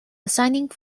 assigning